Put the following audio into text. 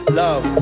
love